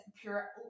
pure